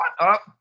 up